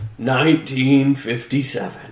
1957